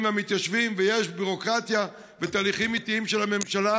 והמתיישבים ויש ביורוקרטיה ותהליכים איטיים של הממשלה,